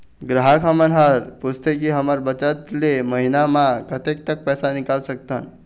ग्राहक हमन हर पूछथें की हमर बचत ले महीना मा कतेक तक पैसा निकाल सकथन?